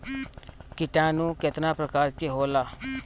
किटानु केतना प्रकार के होला?